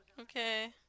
Okay